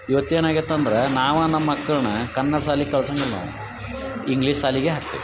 ಇವತ್ತು ಏನಾಗೈತಂದ್ರ ನಾವು ನಮ್ಮ ಮಕ್ಕಳನ್ನ ಕನ್ನಡ ಶಾಲಿ ಕಳ್ಸಂಗಿಲ್ಲ ನಾವು ಇಂಗ್ಲೀಷ್ ಶಾಲಿಗೆ ಹಾಕ್ತೀವಿ